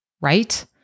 right